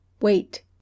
Wait